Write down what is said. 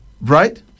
Right